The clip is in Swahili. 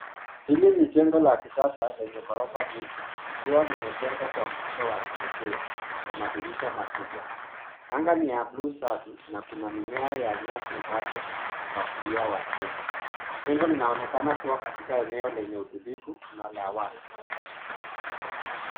Hili ni jengo la kisasa lenye ghorofa nyingi likiwa limejengwa kwa mtindo wa kipekee na madirisha makubwa. Anga ni ya bluu safi na kuna mimea ya nyasi upande wa kulia wa jengo. Jengo linaonekana kua katika eneo lenye utulivu na la wazi.